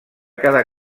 cada